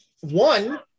One